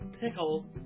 Pickle